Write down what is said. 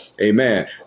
Amen